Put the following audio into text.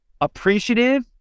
appreciative